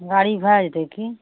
गाड़ी भए जेतय की